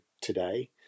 today